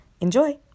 Enjoy